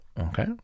Okay